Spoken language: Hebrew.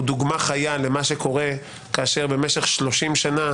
דוגמה חיה למה שקורה כאשר במשך 30 שנה